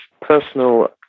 personal